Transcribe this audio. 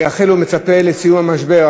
מייחל ומצפה לסיום המשבר.